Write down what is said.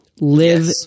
Live